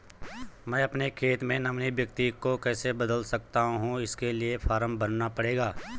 मैं अपने खाते से नामित व्यक्ति को कैसे बदल सकता हूँ इसके लिए फॉर्म भरना पड़ेगा?